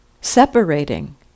separating